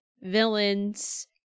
villains